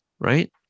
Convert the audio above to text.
right